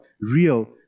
real